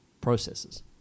processes